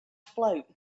float